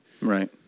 Right